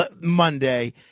Monday